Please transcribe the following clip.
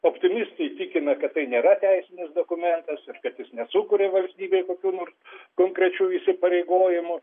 optimistai tikina kad tai nėra teisinis dokumentas ir kad jis nesukuria valstybei kokių nors konkrečių įsipareigojimų